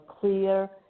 clear